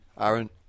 Aaron